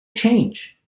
change